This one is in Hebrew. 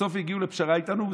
ובסוף הגיעו לפשרה איתנו.